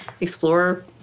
Explore